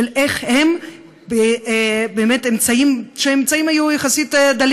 איך הם באמצעים דלים יחסית,